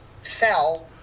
fell